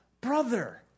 brother